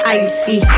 icy